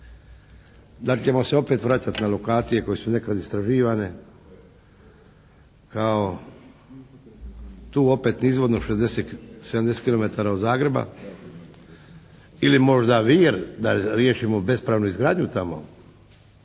li ćemo se opet vraćati na lokacije koje su nekad istraživane kao tu opet nizvodno 60, 70 kilometara od Zagreba? Ili možda Vir da li da riješimo bespravnu izgradnju tamo?